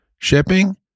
shipping